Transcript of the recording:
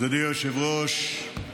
אדוני היושב-ראש,